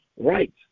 right